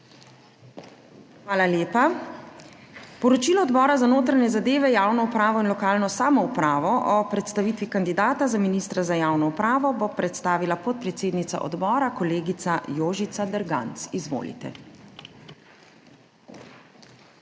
Hvala lepa. Poročilo Odbora za notranje zadeve, javno upravo in lokalno samoupravo o predstavitvi kandidata za ministra za javno upravo bo predstavila podpredsednica odbora, kolegica Jožica Derganc. Izvolite.